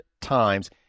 times